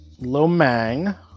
Lomang